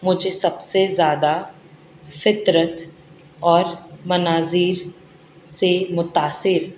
مجھے سب سے زیادہ فطرت اور مناظر سے متاثر